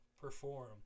perform